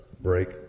break